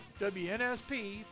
wnsp